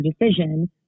decision